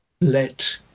Let